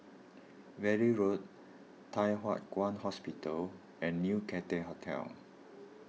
Valley Road Thye Hua Kwan Hospital and New Cathay Hotel